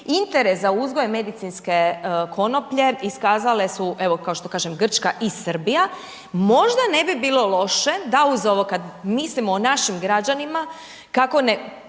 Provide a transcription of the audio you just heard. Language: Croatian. Interes za uzgoj medicinske konoplje, iskazale su, evo kao što kažem Grčka i Srbija. Možda ne bi bilo loše, da uz ovo kada mislimo o našim građanima, kako ne